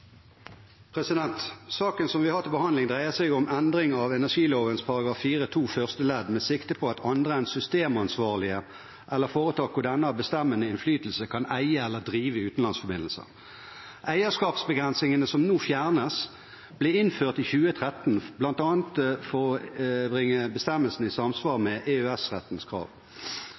Saken som vi har til behandling, dreier seg om endring av energiloven § 4-2 første ledd, med sikte på at andre enn systemansvarlige eller foretak hvor denne har bestemmende innflytelse, kan eie eller drive utenlandsforbindelser. Eierskapsbegrensningene som nå fjernes, ble innført i 2013, bl.a. for å bringe bestemmelsen i samsvar med EØS-rettens krav.